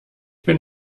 bin